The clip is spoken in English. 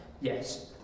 yes